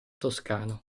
toscano